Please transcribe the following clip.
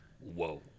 Whoa